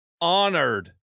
honored